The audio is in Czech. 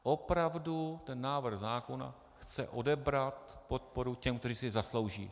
Opravdu ten návrh zákona chce odebrat podporu těm, kteří si ji zaslouží.